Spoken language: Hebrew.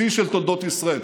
שיא של תולדות ישראל.